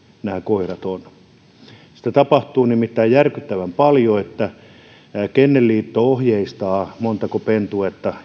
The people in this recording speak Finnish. nämä koirat ovat sitä tapahtuu nimittäin järkyttävän paljon kennelliitto ohjeistaa montako pentuetta